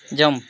jump